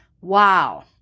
Wow